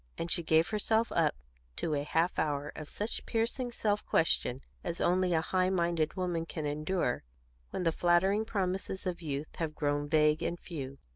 and she gave herself up to a half-hour of such piercing self-question as only a high-minded woman can endure when the flattering promises of youth have grown vague and few.